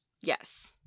Yes